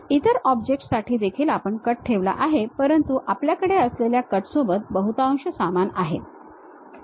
इतर ऑब्जेक्टस साठी देखील आपण कट ठेवला आहे परंतु हे आपल्याकडे असलेल्या कटसोबत बहुतांश समान आहे